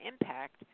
impact